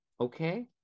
okay